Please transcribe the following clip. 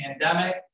pandemic